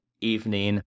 evening